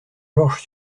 georges